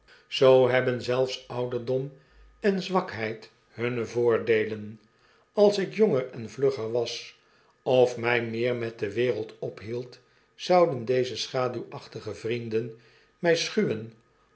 zoo hebben zelfs ouderdom en zwakheid hunne voordeelen als ik jonger en vlugger was of mij meer met de wereld ophield zouden deze schaduwachtige vrienden mij schuwenofikhen